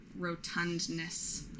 rotundness